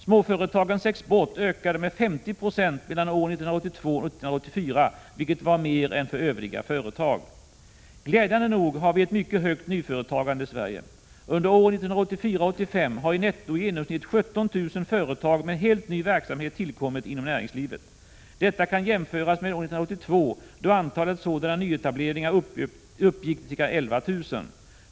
Småföretagens export ökade med 50 26 mellan åren 1982 och 1984, vilket var mer än för övriga företag. Glädjande nog har vi ett mycket högt nyföretagande i Sverige. Under åren 1984-1985 har netto i genomsnitt 17 000 företag med helt ny verksamhet tillkommit inom näringslivet. Detta kan jämföras med år 1982, då antalet sådana nyetableringar uppgick till ca 11 000.